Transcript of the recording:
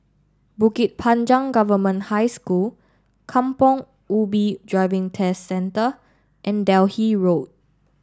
Bukit Panjang Government High School Kampong Ubi Driving Test Centre and Delhi Road